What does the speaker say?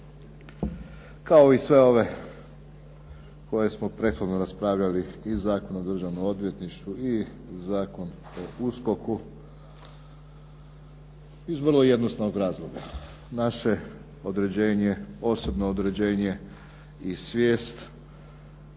kao i sve ove koje smo prethodno raspravljali i Zakon o državnom odvjetništvu i Zakon o USKOK-u iz vrlo jednostavnog razloga. Naše određenje, osobno određene i svijest